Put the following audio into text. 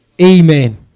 Amen